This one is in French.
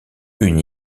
une